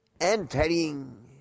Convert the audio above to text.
entering